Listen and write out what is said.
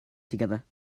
together